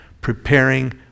Preparing